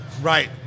Right